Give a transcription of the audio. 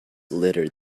littered